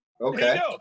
okay